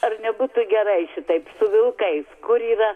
ar nebūtų gerai šitaip su vilkais kur yra